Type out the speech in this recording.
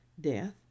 Death